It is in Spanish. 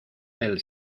del